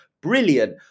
brilliant